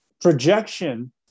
projection